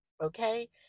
okay